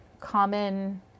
common